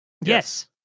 Yes